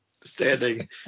standing